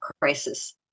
crisis